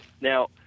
Now